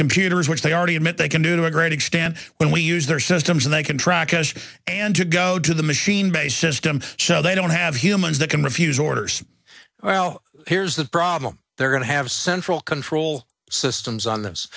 computers which they already admit they can do to a great extent when we use their systems and they can track us and to go to the machine based system so they don't have humans that can refuse orders well here's the problem they're going to have central control systems on this